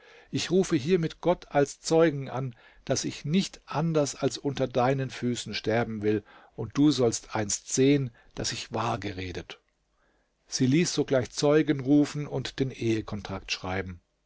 ich rufe hiermit gott als zeugen an daß ich nicht anders als unter deinen füßen sterben will und du sollst einst sehen daß ich wahr geredet sie ließ sogleich zeugen rufen und den ehe kontrakt schreiben